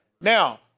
Now